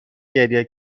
گریه